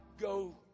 go